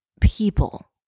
people